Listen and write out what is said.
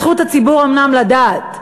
זכות הציבור אומנם לדעת,